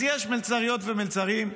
אז יש מלצריות ומלצרים,